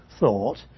thought